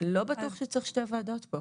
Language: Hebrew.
לא בטוח שצריך שתי ועדות פה,